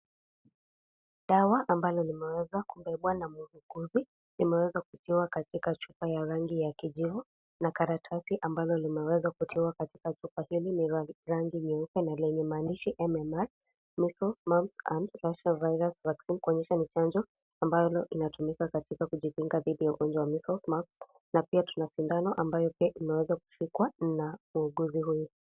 Dawa ambayo imeweza kubebwa na muuguzi imeweza kutiwa katika chupa yenye rangi ya kijivu na karatasi iliyoweza kitiwa katika chupa hili ni ya rangi nyeupe yenye maandishi M.M.R kuonyesha ni chanjo inayotumika dhidi ya ugonjwa wa measles na pia kuna shindano ambayo imeweza shikwa na muuguzi huyu.